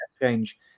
change